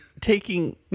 taking